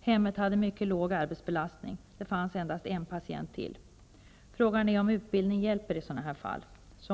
Vårdhemmet i fråga hade mycket låg arbetsbelastning. Det fanns endast en patient till. Frågan är om utbildning i sådana här fall hjälper.